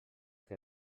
que